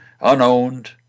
unowned